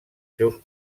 seus